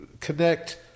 connect